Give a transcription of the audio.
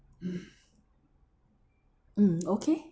mm okay